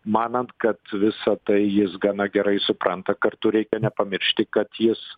manant kad visa tai jis gana gerai supranta kartu reikia nepamiršti kad jis